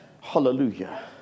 Hallelujah